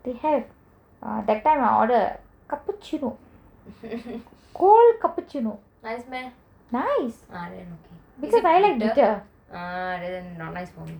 they have ah that time I order cappuccino cold cappuccino nice because I like bitter